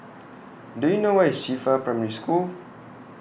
Do YOU know Where IS Qifa Primary School